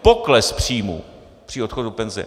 Pokles příjmů při odchodu do penze.